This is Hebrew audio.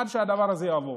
עד שהדבר הזה יעבור.